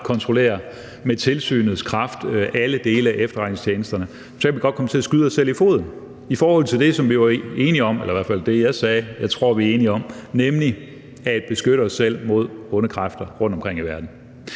os bare med tilsynets kraft kontrollere alle dele af efterretningstjenesterne. Hvis vi gør det, kan vi godt komme til at skyde os selv i foden i forhold til det, som vi var enige om, eller i hvert fald det, jeg sagde jeg tror vi er enige om, nemlig at beskytte os selv mod onde kræfter rundtomkring i verden.